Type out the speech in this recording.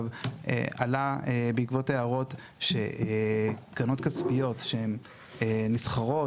בעקבות ההערות עלה שקרנות כספיות נסחרות